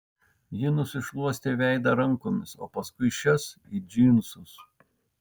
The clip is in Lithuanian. ji nusišluostė veidą rankomis o paskui šias į džinsus